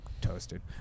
toasted